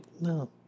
No